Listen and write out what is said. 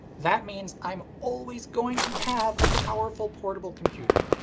that means i'm always going to have a powerful portable computer.